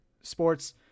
sports